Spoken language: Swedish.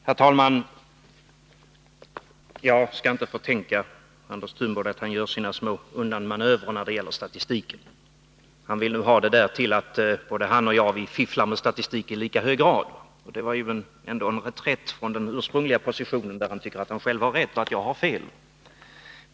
Herr talman! Jag skall inte förtänka Anders Thunborg att han gör sina små undanmanövrer när det gäller statistiken. Han vill nu ha det till att både han och jag fifflar med statistik i lika hög grad. Det var ändå en reträtt från den ursprungliga positionen där han tyckte att han själv har rätt och jag har fel.